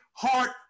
Heart